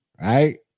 right